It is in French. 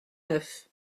neuf